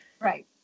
right